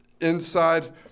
inside